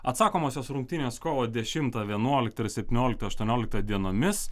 atsakomosios rungtynės kovo dešimtą vienuoliktą ir septynioliktą aštuonioliktą dienomis